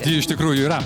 ji iš tikrųjų yra